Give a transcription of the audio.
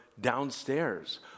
downstairs